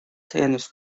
tennis